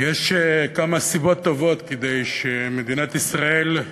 יש כמה סיבות טובות כדי שמדינת ישראל,